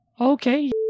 Okay